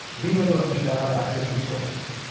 being able to understand how to access resources.